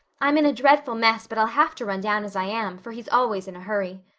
i'm in a dreadful mess but i'll have to run down as i am, for he's always in a hurry.